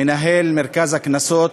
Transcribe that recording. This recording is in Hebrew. מנהל מרכז הקנסות,